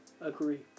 Agree